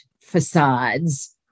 facades